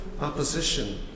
opposition